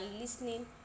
listening